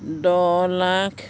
দহ লাখ